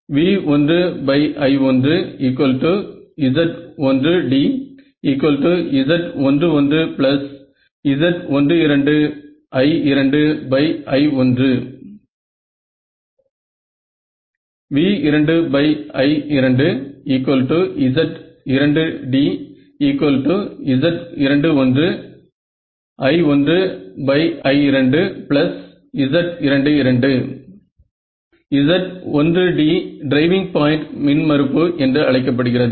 V1I1Z1dZ11Z12I2I1 V2I2Z2dZ21I1I2Z22 Z1d driving point மின் மறுப்பு என்று அழைக்க படுகிறது